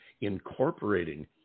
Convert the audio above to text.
incorporating